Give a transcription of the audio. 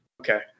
Okay